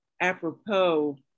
apropos